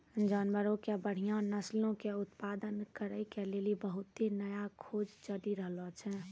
जानवरो के बढ़िया नस्लो के उत्पादन करै के लेली बहुते नया खोज चलि रहलो छै